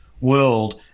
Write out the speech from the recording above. world